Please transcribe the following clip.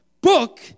book